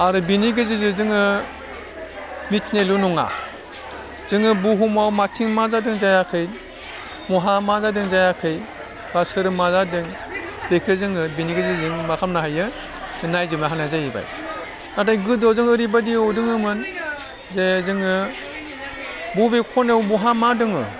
आरो बेनि गेजेरजों जोङो मिथिनायल' नङा जोङो बुहुमाव बबेथिं मा जादों जायाखै बहा मा जादों जायाखै बा सोर मा जादों बेखौ जोङो बेनि गेजेरजों मा खालामनो हायो नायजोबनो हानाय जाहैबाय नाथाय गोदोआव जोङो ओरैबायदिआव दङमोन जे जोङो बबे खनायाव बहा मा दङ